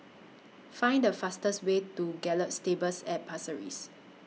Find The fastest Way to Gallop Stables At Pasir Ris